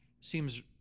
seems